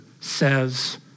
says